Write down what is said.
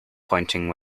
pointing